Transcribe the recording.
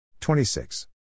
26